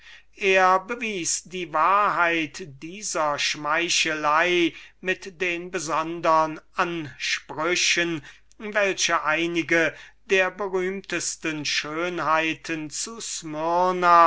er bewies die wahrheit dieser schmeichelei mit den besondern ansprüchen welche einige von den berühmtesten schönheiten zu